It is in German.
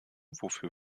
wofür